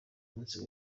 munsi